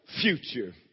future